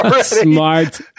Smart